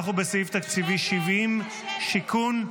אנחנו בסעיף תקציבי 70, שיכון.